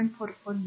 44 येईल